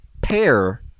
pair